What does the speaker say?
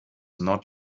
not